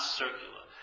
circular